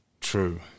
true